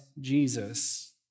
Jesus